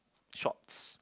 shorts